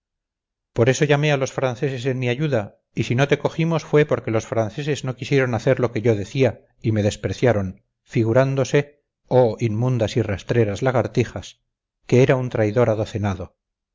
por eso llamé a los franceses en mi ayuda y si no te cogimos fue porque los franceses no quisieron hacer lo que yo decía y me despreciaron figurándose oh inmundas y rastreras lagartijas que era un traidor adocenado